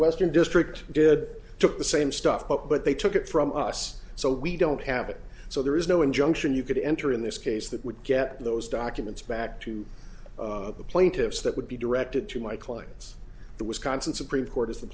western district did took the same stuff up but they took it from us so we don't have it so there is no injunction you could enter in this case that would get those documents back to the plaintiffs that would be directed to my clients the wisconsin supreme court is